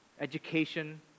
education